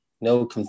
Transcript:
no